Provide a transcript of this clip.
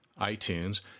iTunes